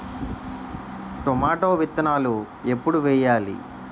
Tomato విత్తనాలు ఎప్పుడు వెయ్యాలి?